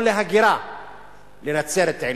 או להגירה לנצרת-עילית,